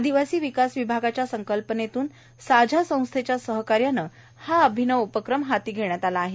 आदिवासी विकास विभागाच्या संकल्पनेतून साझा संस्थेच्या सहकार्याने हा अभिनव उपक्रम हाती घेण्यात आला आहे